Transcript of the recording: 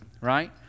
right